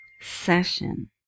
session